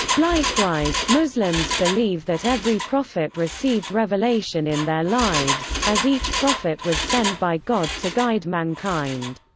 likewise, muslims believe that every prophet received revelation in their lives, as each prophet was sent by god to guide mankind.